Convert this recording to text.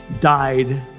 died